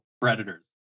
Predators